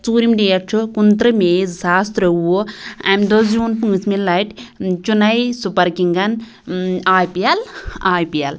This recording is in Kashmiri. ژوٗرِم ڈیٹ چھُ کُنترٕہ مٔی زٕ ساس ترٛیٛووُہ اَمہِ دۄہ زیٛوٗن پٲنٛژمہِ لَٹہِ چِنٔے سُپر کِنٛگَن I P L I P L